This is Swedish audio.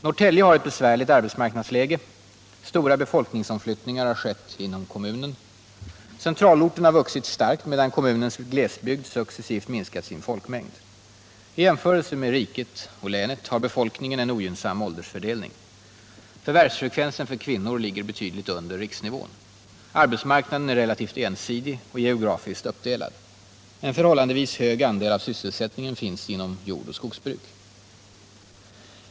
Norrtälje har ett besvärligt arbetsmarknadsläge. Stora befolkningsomflyttningar har skett inom kommunen. Centralorten har vuxit starkt me dan kommunens glesbygd successivt har minskat sin folkmängd. I jämförelse med riket och länet har befolkningen en ogynnsam åldersfördelning. Förvärvsfrekvensen för kvinnor ligger betydligt under riksnivån. Arbetsmarknaden är relativt ensidig och geografiskt uppdelad. En förhållandevis hög andel av sysselsättningen finns inom jordoch skogsbruk.